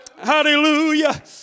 Hallelujah